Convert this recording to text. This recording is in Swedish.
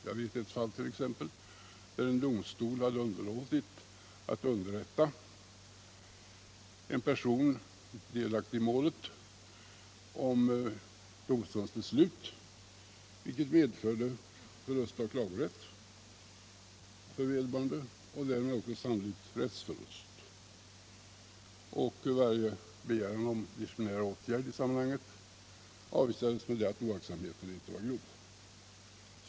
Jag känner till ett fall där en domstol hade underlåtit att underrätta en person om domstolens beslut, vilket medförde förlust av klagorätten för vederbörande och därmed sannolikt också rättsförlust. Begäran om disciplinära åtgärder i sammanhanget avvisades med att oaktsamheten inte varit grov.